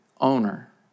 owner